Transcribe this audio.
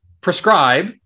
prescribe